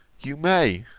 you may?